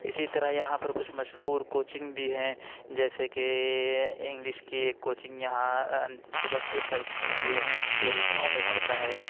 اِسی طرح یہاں پر کچھ مشہور کوچنگ بھی ہیں جیسے کہ انگلش کی ایک کوچنگ یہاں دوبگے پر کُھلی ہوئی ہے جو لکھنؤ میں پڑتا ہے